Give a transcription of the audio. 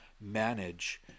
manage